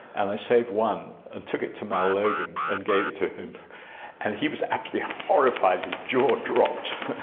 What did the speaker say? and i saved one and took it to mal logan and gave it to him. and he was absolutely horrified, his jaw dropped.